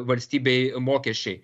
valstybei mokesčiai